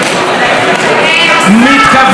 מתכווצת למספר חד-ספרתי.